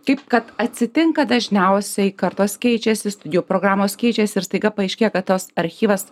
kaip kad atsitinka dažniausiai kartos keičiasi studijų programos keičiasi ir staiga paaiškėja kad tas archyvas